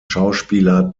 schauspieler